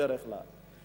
בדרך כלל,